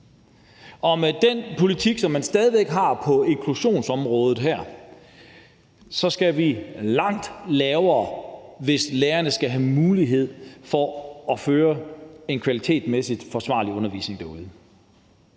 er. Med den politik, som man stadig har på inklusionsområdet her, skal vi langt længere ned, hvis lærerne skal have mulighed for at føre en kvalitetsmæssigt forsvarlig undervisning derude.